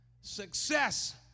Success